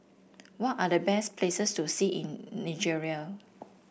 what are the best places to see in Nigeria